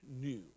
new